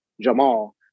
Jamal